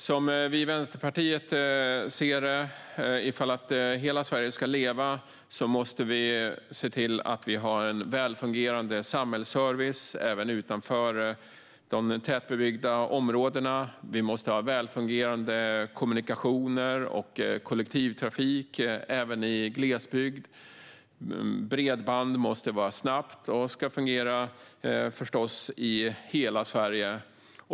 Som vi i Vänsterpartiet ser det måste vi om hela Sverige ska leva se till att vi har en välfungerande samhällsservice även utanför de tätbebyggda områdena. Vi måste ha välfungerande kommunikationer och kollektivtrafik även i glesbygd. Bredband måste vara snabbt och förstås fungera i hela Sverige.